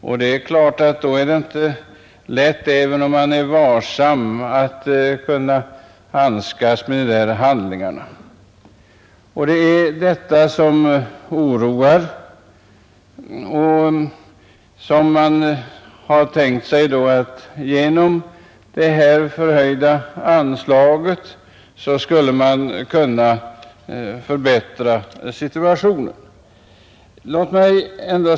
Även om man är varsam, är det då givetvis inte lätt att kunna handskas med dessa handlingar. Det är detta som oroar. Genom ett ökat anslag har man tänkt sig att förbättra situationen.